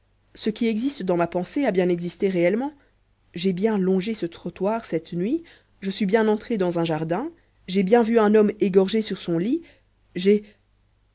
ce qui existe dans ma pensée a bien existé réellement j'ai bien longé ce trottoir cette nuit je suis bien entré dans un jardin j'ai bien vu un homme égorgé sur son lit j'ai